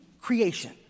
creation